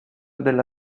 della